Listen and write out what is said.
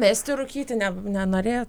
mesti rūkyti ne nenorėjot